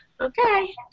okay